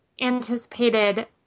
anticipated